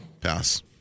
Pass